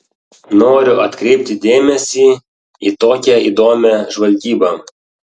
noriu atkreipti dėmesį į tokią įdomią žvalgybą